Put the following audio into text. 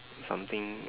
something